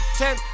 ten